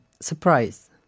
Surprise